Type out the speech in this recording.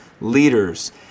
Leaders